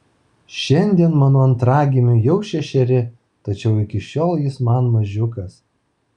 šiandien mano antragimiui jau šešeri tačiau iki šiol jis man mažiukas